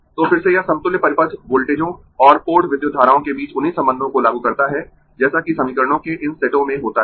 तो फिर से यह समतुल्य परिपथ पोर्ट वोल्टेजों और पोर्ट विद्युत धाराओं के बीच उन्हीं संबंधों को लागू करता है जैसा कि समीकरणों के इन सेटों में होता है